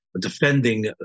defending